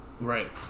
Right